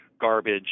garbage